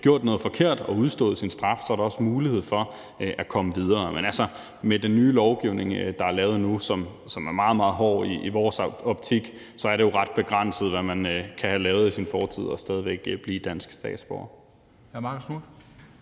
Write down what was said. gjort noget forkert og udstået sin straf, så er der også mulighed for at komme videre. Men altså, med den nye lovgivning, der er lavet nu, som er meget, meget hård i vores optik, er det jo ret begrænset, hvad man kan have lavet i sin fortid og stadig væk blive dansk statsborger.